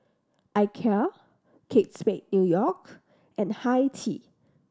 Ikea Kate Spade New York and Hi Tea